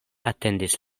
atendis